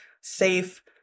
safe